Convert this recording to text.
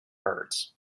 birds